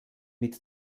mit